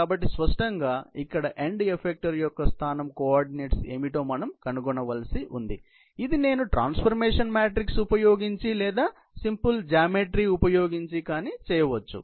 కాబట్టి స్పష్టంగా ఇక్కడే ఎండ్ ఎఫెక్టరు యొక్క స్థానం కోఆర్డినెట్స్ ఏమిటో మనం కనుగొనవలసి ఉంది ఇది నేను ట్రాన్సఫార్మేషన్ మ్యాట్రిక్స్ ఉపయోగించి లేదా జామెట్రీ ఉపయోగించి కానీ చేయవచ్చు